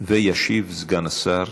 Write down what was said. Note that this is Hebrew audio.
וישיב סגן השר.